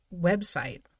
website